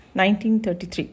1933